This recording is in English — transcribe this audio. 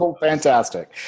fantastic